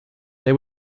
they